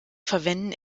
verwenden